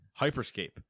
Hyperscape